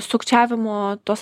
sukčiavimo tuos